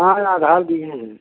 हाँ आधार दिए हैं